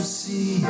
see